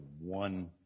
one